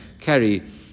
carry